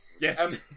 Yes